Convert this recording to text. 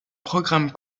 programme